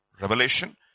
revelation